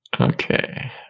Okay